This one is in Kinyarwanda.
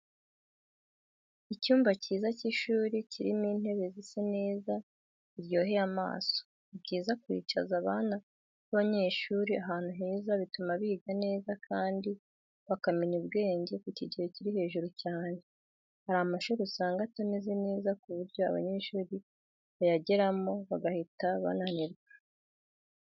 Icyumba kiza cy'ishuri kirimo intebe zisa neza ziryoheye amaso, ni byiza kwicaza abana babanyeshuri ahantu heza bituma biga neza kandi bakamenya ubwenge ku kigero kiri hejuru cyane. Hari amashuri usanga atameze neza ku buryo abanyeshuri bayageramo bagahita bananirwa.